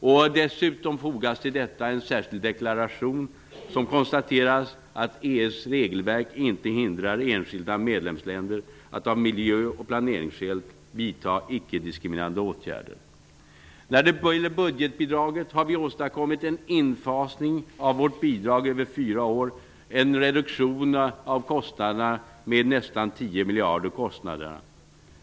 Till detta fogas dessutom en särskild deklaration i vilken det konstateras att EU:s regelverk inte hindrar enskilda medlemsländer att av miljö och planeringsskäl vidta icke diskriminerande åtgärder. När det gäller budgetbidraget har vi åstadkommit en infasning av vårt bidrag över fyra år, och det är en reduktion av kostnaderna med nästan 10 miljarder.